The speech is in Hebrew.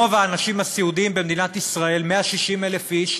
רוב האנשים הסיעודיים במדינת ישראל, 160,000 איש,